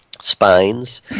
spines